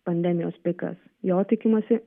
pandemijos pikas jo tikimasi